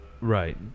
Right